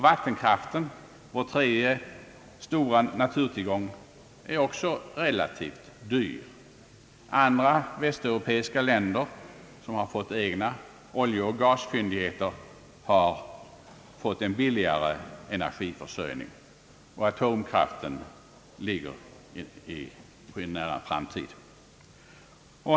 Vattenkraften, vår tredje stora naturtillgång, är också relativt dyr. Andra västeuropeiska länder, som har egna oljeoch gasfyndigheter, har fått billigare energiförsörjning, och atomkraften ligger i en nära framtid.